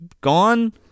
gone